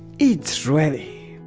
it's ready!